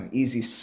easy